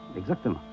exactement